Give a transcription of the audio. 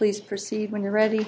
please proceed when you're ready